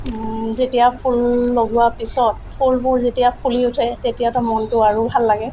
যেতিয়া ফুল লগোৱা পিছত ফুলবোৰ যেতিয়া ফুলি উঠে তেতিয়াতো মনটো আৰু ভাল লাগে